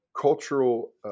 cultural